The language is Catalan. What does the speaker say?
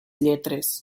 lletres